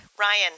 Ryan